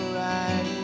right